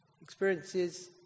Experiences